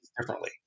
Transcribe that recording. differently